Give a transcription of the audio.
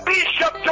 Bishop